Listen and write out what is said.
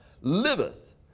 liveth